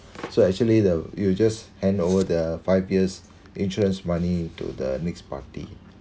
so actually the you just hand over the five years insurance money to the next party